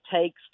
takes